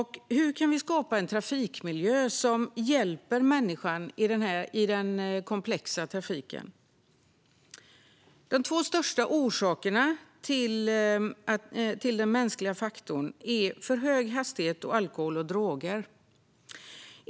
Hur kan vi skapa en trafikmiljö som hjälper människan i den komplexa trafiken? De två största orsakerna till olyckor är för hög hastighet och alkohol och droger.